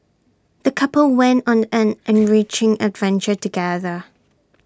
the couple went on an ant enriching adventure together